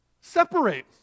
separate